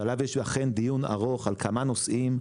שעליו אכן יש דיון ארוך על כמה נושאים,